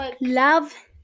Love